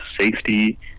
safety